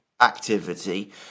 activity